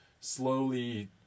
slowly